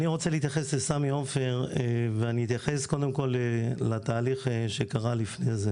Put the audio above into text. אני רוצה להתייחס לסמי עופר ואני אתייחס קודם כל לתהליך שקרה לפני זה.